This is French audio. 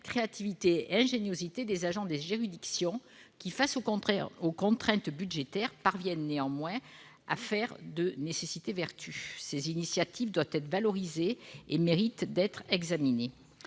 créativité et ingéniosité des agents des juridictions qui, face aux contraintes budgétaires, parviennent néanmoins à faire de nécessité vertu ! Ces initiatives doivent être valorisées et méritent d'être examinées.